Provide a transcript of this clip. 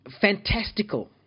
fantastical